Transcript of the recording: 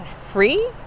free